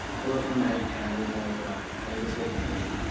hello from the magic tavern i like a lot. how did this get made?